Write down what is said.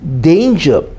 danger